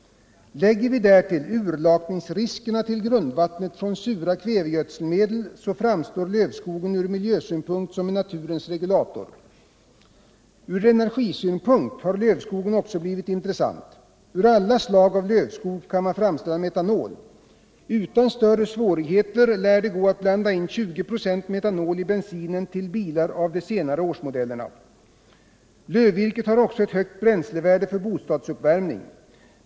Lägger vi därtill urlakningsriskerna för grundvattnet från sura kvävegödselmedel framstår lövskogen från miljösynpunkt som en naturens regulator. Från energisynpunkt har lövskogen också blivit intressant. Ur alla slag av lövskog kan man framställa metanol. Utan större svårigheter lär det gå att blanda in 20 96 metanol i bensinen till bilar av de senare årsmodellerna. Lövvirket har också ett högt bränslevärde för bostadsuppvärmning.